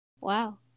Wow